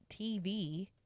TV